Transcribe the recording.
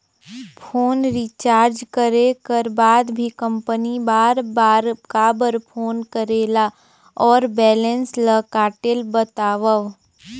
Phone recharge करे कर बाद भी कंपनी बार बार काबर फोन करेला और बैलेंस ल काटेल बतावव?